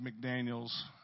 McDaniel's